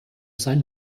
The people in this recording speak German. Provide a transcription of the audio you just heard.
sein